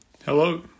Hello